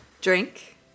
drink